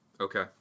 Okay